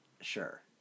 Sure